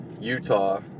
Utah